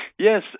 Yes